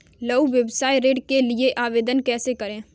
लघु व्यवसाय ऋण के लिए आवेदन कैसे करें?